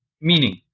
meaning